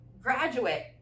graduate